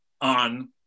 on